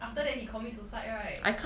after that he commit suicide right